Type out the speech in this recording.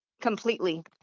completely